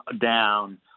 down